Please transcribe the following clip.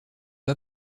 pas